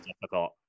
difficult